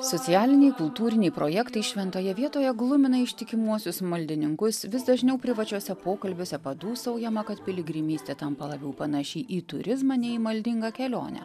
socialiniai kultūriniai projektai šventoje vietoje glumina ištikimuosius maldininkus vis dažniau privačiuose pokalbiuose padūsaujama kad piligrimystė tampa labiau panaši į turizmą nei į maldingą kelionę